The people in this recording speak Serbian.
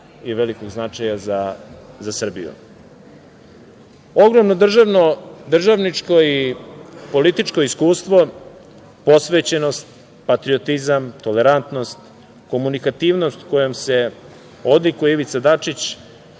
i velikog značaja za Srbiju. Ogromno državničko i političko iskustvo, posvećenost, patriotizam, tolerantnost, komunikativnost kojom se odlikuje Ivica Dačić